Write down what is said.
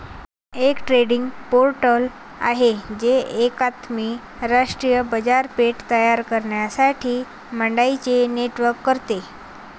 एक trading portal आहे जे एकात्मिक राष्ट्रीय बाजारपेठ तयार करण्यासाठी मंडईंचे नेटवर्क करते